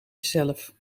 jezelf